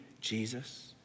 Jesus